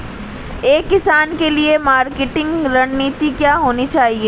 एक किसान के लिए मार्केटिंग रणनीति क्या होनी चाहिए?